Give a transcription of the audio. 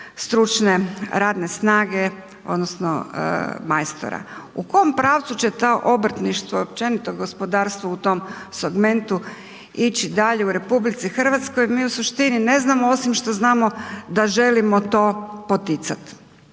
stručne radne snage odnosno majstora. U kom pravcu će to obrtništvo općenito u tom segmentu ići dalje u RH mi u suštini ne znamo osim što znamo da želimo to poticat.